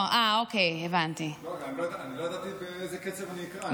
לא, אני לא ידעתי באיזה קצב אני אקרא.